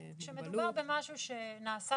כשמדובר במשהו שנעשה